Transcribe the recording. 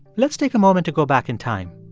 let's take a moment to go back in time.